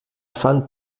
fand